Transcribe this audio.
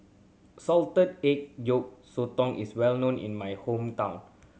salted egg yolk sotong is well known in my hometown